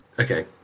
Okay